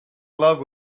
love